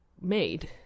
made